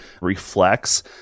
reflects